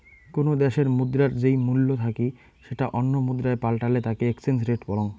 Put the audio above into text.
কোনো দ্যাশের মুদ্রার যেই মূল্য থাকি সেটা অন্য মুদ্রায় পাল্টালে তাকে এক্সচেঞ্জ রেট বলং